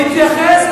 תתייחס,